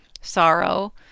sorrow